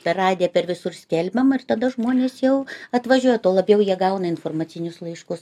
per radiją per visur skelbiama ir tada žmonės jau atvažiuoja tuo labiau jie gauna informacinius laiškus